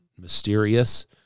mysterious